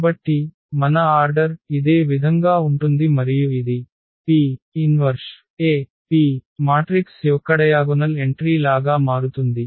కాబట్టి మన ఆర్డర్ ఇదే విధంగా ఉంటుంది మరియు ఇది P 1AP మాట్రిక్స్ యొక్క డయాగొనల్ ఎంట్రీ లాగా మారుతుంది